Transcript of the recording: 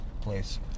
place